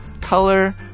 color